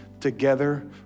together